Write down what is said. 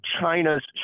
China's